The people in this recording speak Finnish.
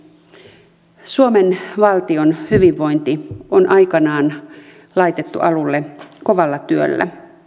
suomen valtion hyvinvointi on aikanaan laitettu alulle kovalla työllä